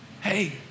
hey